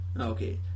Okay